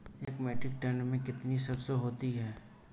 एक metric ton में कितनी सरसों होती है?